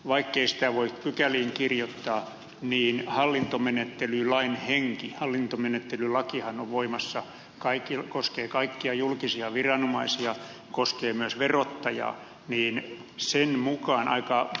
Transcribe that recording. vaikkei sitä voi pykäliin kirjoittaa niin hallintomenettelylain hengen mukaan hallintomenettelylakihan koskee kaikkia julkisia viranomaisia koskee myös verottaja vie sen mukaan aikaa